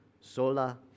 Sola